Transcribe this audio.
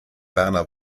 werner